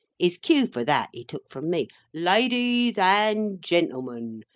his cue for that, he took from me ladies and gentlemen,